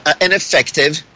ineffective